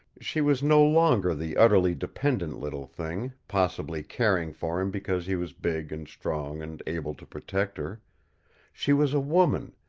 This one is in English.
she was no longer the utterly dependent little thing, possibly caring for him because he was big and strong and able to protect her she was a woman,